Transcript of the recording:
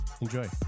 enjoy